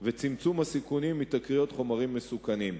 וצמצום הסיכונים מתקריות חומרים מסוכנים.